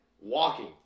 Walking